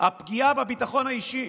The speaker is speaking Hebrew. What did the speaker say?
הפגיעה בביטחון האישי,